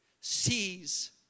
sees